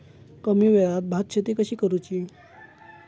कमी वेळात भात शेती कशी करुची?